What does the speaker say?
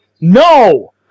No